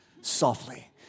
softly